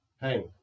Hey